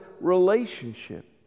relationship